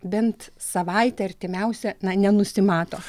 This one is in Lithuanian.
bent savaitę artimiausią na nenusimato